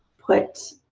put,